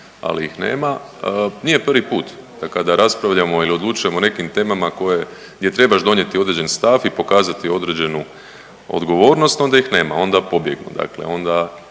ali ih nema, nije prvi put, da kada raspravljamo ili odlučujemo o nekim temama koje, gdje trebaš donijeti određen stav i pokazati određenu odgovornost onda ih nema, onda pobjegnu, dakle onda